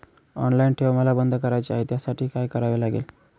Online ठेव मला बंद करायची आहे, त्यासाठी काय करावे लागेल?